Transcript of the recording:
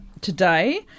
today